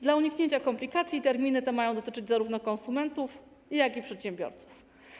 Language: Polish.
Dla uniknięcia komplikacji terminy te mają dotyczyć zarówno konsumentów, jak i przedsiębiorców.